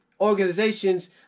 organizations